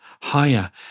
higher